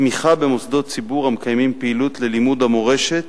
תמיכה במוסדות ציבור המקיימים פעילות ללימוד המורשת